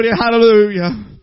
hallelujah